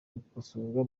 gukosorwa